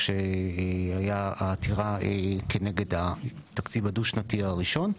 כשהייתה עתירה כנגד התקציב הדו שנתי הראשון,